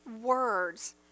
words